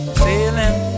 sailing